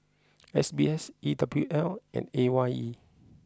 S B S E W L and A Y E